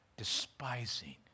Despising